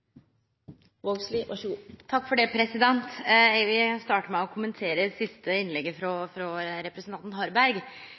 Vågslid. Eg vil starte med å kommentere det siste innlegget, frå